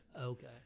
Okay